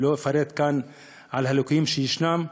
לא אפרט כאן על הליקויים שישנם,